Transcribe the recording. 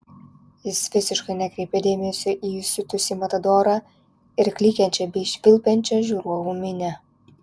jis visiškai nekreipė dėmesio į įsiutusį matadorą ir klykiančią bei švilpiančią žiūrovų minią